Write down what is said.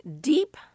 deep